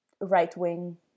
right-wing